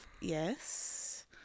Yes